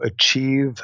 achieve